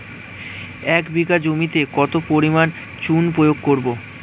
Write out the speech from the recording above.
এক বিঘা জমিতে কত পরিমাণ চুন প্রয়োগ করব?